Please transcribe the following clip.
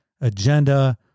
agenda